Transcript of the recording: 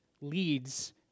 leads